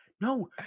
No